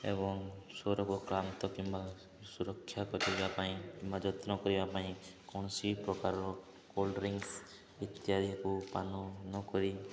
ଏବଂ ସ୍ୱରକୁ କ୍ଳାନ୍ତ କିମ୍ବା ସୁରକ୍ଷା କରିବା ପାଇଁ କିମ୍ବା ଯତ୍ନ କରିବା ପାଇଁ କୌଣସି ପ୍ରକାରର କୋଲ୍ଡ ଡ୍ରିଙ୍କସ୍ ଇତ୍ୟାଦିକୁ ପାନ ନ କରି